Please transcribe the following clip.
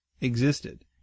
existed